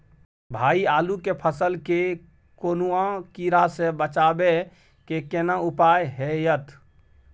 भाई आलू के फसल के कौनुआ कीरा से बचाबै के केना उपाय हैयत?